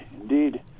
indeed